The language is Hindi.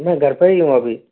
मैं घर पर ही हूँ अभी